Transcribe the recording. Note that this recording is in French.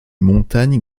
montagne